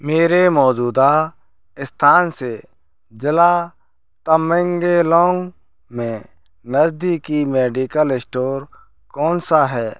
मेरे मौजूदा स्थान से ज़िला तमेंगलोंग में नज़दीकी मेडिकल इस्टोर कौन सा है